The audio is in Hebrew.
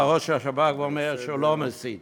בא ראש השב"כ ואומר שאינו מסית